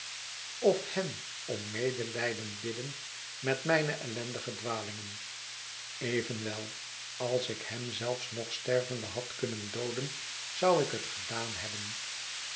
of hen om medelijden bidden met mijne ellendige d walingen evenwel als ik hem zelfs nog stervende had kunnen dood en zou ik het gedaan hebbem